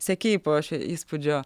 sekei po šio įspūdžio